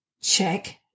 Check